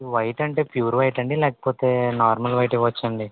white అంటే pure white అండి లేకపోతే నార్మల్ వైట్ ఇవ్వచ్చండి